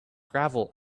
gravel